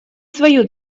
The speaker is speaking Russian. свою